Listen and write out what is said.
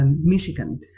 Michigan